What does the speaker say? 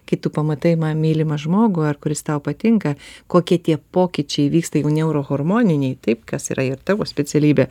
kai tu pamatai ma mylimą žmogų ar kuris tau patinka kokie tie pokyčiai vyksta jau neuro hormoniniai taip kas yra ir tavo specialybė